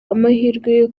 amahirwe